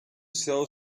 sell